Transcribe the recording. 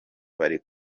bari